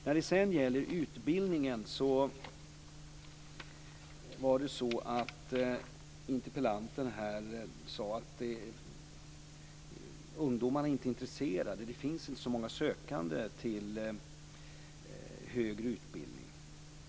När det sedan gäller utbildningen sade interpellanten att ungdomarna inte är intresserade, det finns inte så många sökande till högre utbildning.